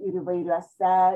ir įvairiuose